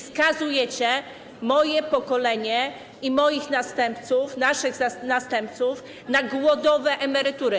Skazujecie moje pokolenie i moich następców, naszych następców na głodowe emerytury.